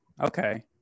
Okay